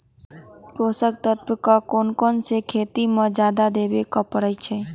पोषक तत्व क कौन कौन खेती म जादा देवे क परईछी?